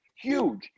Huge